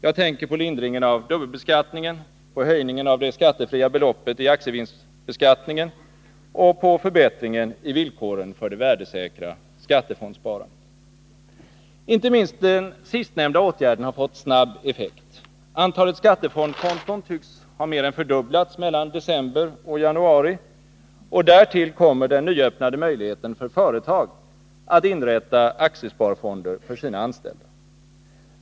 Jag tänker på lindringen av dubbelbeskattningen, på höjningen av det skattefria beloppet i aktievinstbeskattningen och på förbättringen i villkoren för det värdesäkra skattefondssparandet. Inte minst den sistnämnda åtgärden har fått snabb effekt. Antalet skattefondskonton tycks ha mer än fördubblats mellan december och januari, och därtill kommer den nyöppnade möjligheten för företag att inrätta aktiesparfonder för sina anställda.